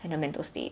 and her mental state